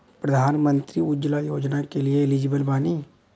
प्रधानमंत्री उज्जवला योजना के लिए एलिजिबल बानी?